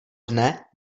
dne